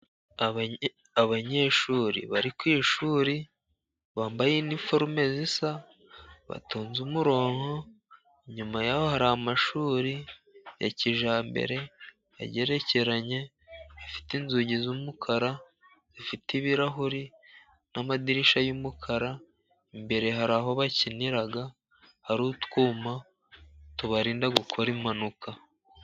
Abanyeshuri bari ku ishuri bambaye iniforume zisa, batonze umurongo, inyuma ya ho hari amashuri ya kijyambere agerekeranye afite inzugi z'umukara, zifite ibirahuri n'amadirishya y'umukara, imbere hari aho bakinira, hari utwuma tubarinda gukora impanuka.